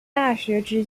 大学